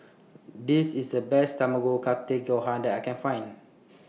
This IS The Best Tamago Kake Gohan that I Can Find